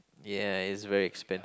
ya it's very expensive